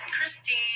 christine